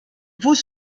vous